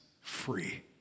free